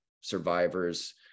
survivors